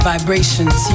Vibrations